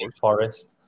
forest